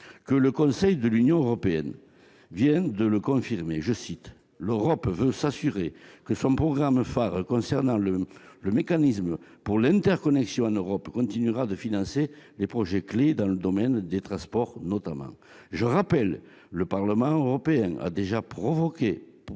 que le Conseil de l'Union européenne vient de confirmer que « l'Europe veut s'assurer que son programme phare concernant le mécanisme pour l'interconnexion en Europe continuera de financer les projets clés dans le domaine des transports, notamment ».